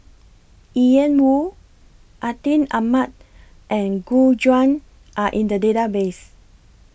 Ian Woo Atin Amat and Gu Juan Are in The Database